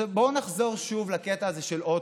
בואו נחזור שוב לקטע הזה של אוטובוס.